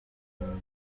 imirimo